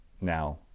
now